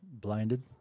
blinded